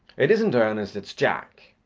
it isn't ernest it's jack.